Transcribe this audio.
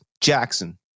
Jackson